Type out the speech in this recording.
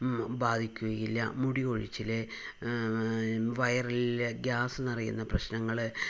ബാധിക്കുകയില്ല മുടികൊഴിച്ചില് വയറില് ഗ്യാസ് നിറയുന്ന പ്രശ്നങ്ങള്